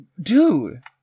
Dude